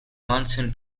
monsoon